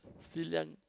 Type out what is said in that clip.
still young